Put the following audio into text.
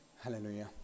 Hallelujah